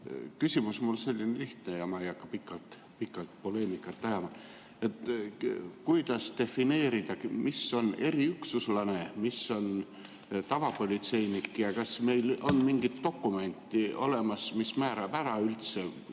Küsimus on mul lihtne ja ma ei hakka pikalt poleemikat ajama. Kuidas defineerida, kes on eriüksuslane, kes on tavapolitseinik, ja kas meil on mingi dokument, mis määrab ära, kes